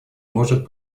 может